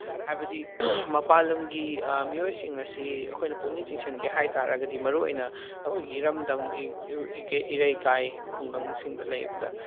ꯍꯥꯏꯕꯗꯤ ꯃꯄꯥꯜ ꯂꯝꯒꯤ ꯃꯤꯑꯣꯏꯁꯤꯡ ꯑꯁꯤ ꯑꯩꯈꯣꯏꯅ ꯄꯨꯛꯅꯤꯡ ꯆꯤꯡꯁꯟꯒꯦ ꯍꯥꯏ ꯇꯥꯔꯒꯗꯤ ꯃꯔꯨꯑꯣꯏꯅ ꯑꯩꯈꯣꯏ ꯏꯔꯝꯗꯝꯒꯤ ꯏꯔꯩꯀꯥꯏ ꯈꯨꯡꯒꯪꯁꯤꯡꯗ ꯂꯩꯕꯗ